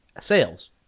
sales